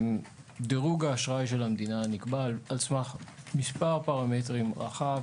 דירוג האשראי של המדינה נקבע על סמך מספר פרמטרים רחב.